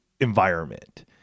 environment